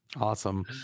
awesome